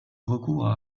recours